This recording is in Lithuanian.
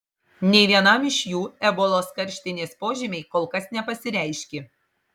nei vienam iš jų ebolos karštinės požymiai kol kas nepasireiškė